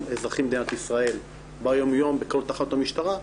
אזרחים במדינת ישראל ביום-יום בכל תחנות המשטרה,